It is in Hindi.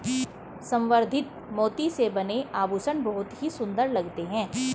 संवर्धित मोती से बने आभूषण बहुत ही सुंदर लगते हैं